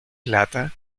plata